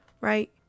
Right